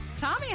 tommy